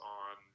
on